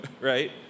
right